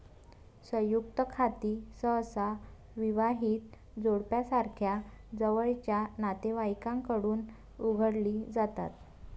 संयुक्त खाती सहसा विवाहित जोडप्यासारख्या जवळच्या नातेवाईकांकडून उघडली जातात